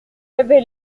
avait